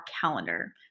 calendar